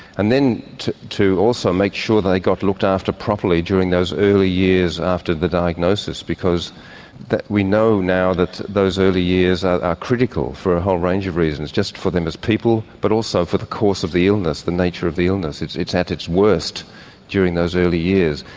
and then to to also make sure they got looked after properly during those early years after the diagnosis because we know now that those early years are critical for a whole range of reasons, just for them as people but also for the course of the illness, the nature of the illness. it's at its worst during those early years.